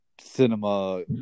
cinema